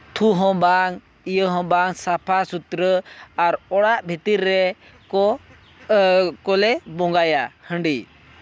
ᱛᱷᱩ ᱦᱚᱸ ᱵᱟᱝ ᱤᱭᱟᱹ ᱦᱚᱸ ᱵᱟᱝ ᱥᱟᱯᱷᱟ ᱥᱩᱛᱨᱟᱹ ᱟᱨ ᱚᱲᱟᱜ ᱵᱷᱤᱛᱤᱨ ᱨᱮᱠᱚ ᱠᱚᱞᱮ ᱵᱚᱸᱜᱟᱭᱟ ᱦᱟᱺᱰᱤ